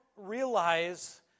realize